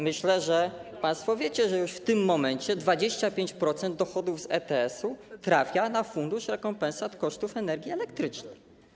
Myślę, że państwo wiecie, że w tym momencie 25% dochodów z ETS trafia na fundusz rekompensat kosztów energii elektrycznej.